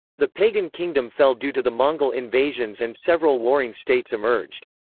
the pagan kingdom fell due to the mongol invasions and several warring states emerged.